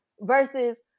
versus